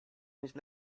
nicht